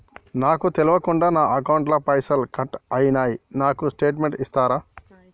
నాకు తెల్వకుండా నా అకౌంట్ ల పైసల్ కట్ అయినై నాకు స్టేటుమెంట్ ఇస్తరా?